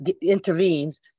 intervenes